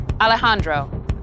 Alejandro